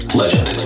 legend